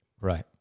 Right